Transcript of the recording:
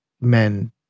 men